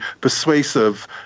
persuasive